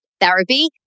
Therapy